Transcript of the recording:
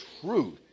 Truth